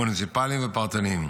המוניציפליים והפרטניים.